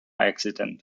accident